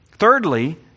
Thirdly